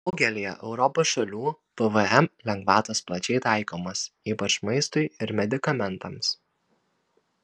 daugelyje europos šalių pvm lengvatos plačiai taikomos ypač maistui ir medikamentams